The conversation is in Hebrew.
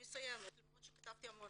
מסיימת למרות שכתבתי המון.